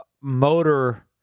motor